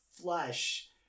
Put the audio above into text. flush